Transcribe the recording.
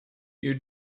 you